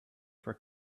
for